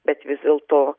bet vis dėlto